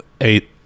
eight